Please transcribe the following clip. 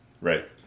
Right